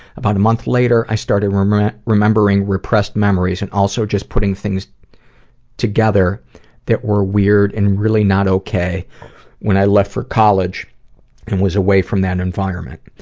about a month later i started remembering remembering repressed memories and also just putting things together that were weird and really not okay when i left for college and was away from that environment.